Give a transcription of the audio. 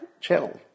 channel